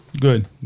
Good